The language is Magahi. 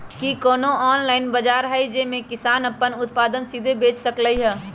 कि कोनो ऑनलाइन बाजार हइ जे में किसान अपन उत्पादन सीधे बेच सकलई ह?